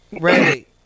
ready